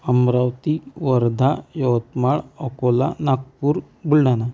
Amravati Wardha Yavatmal Akola Nagpur Buldhana